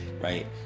right